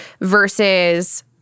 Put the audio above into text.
versus